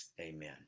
amen